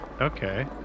Okay